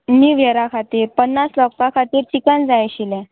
नीव इयरा खातीर पन्नास लोकां खातीर चिकन जाय आशिल्लें